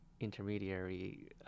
intermediary